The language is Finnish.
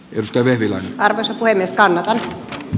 ystäviä kyllä varmasti ole listalla taa